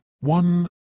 one